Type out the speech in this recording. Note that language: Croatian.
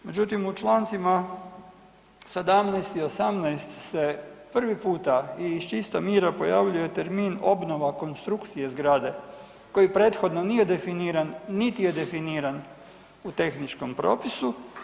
Međutim u Člancima 17. i 18. se prvi puta i iz čista mira pojavljuje termin obnova konstrukcije zgrade koji prethodno nije definiran, niti je definiran u tehničkom propisu.